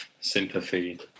sympathy